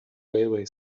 railway